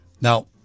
Now